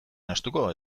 nahastuko